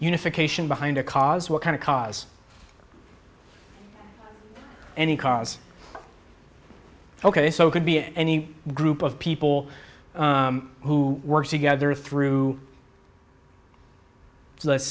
unification behind a cause what kind of cause any cards ok so it could be any group of people who work together through let's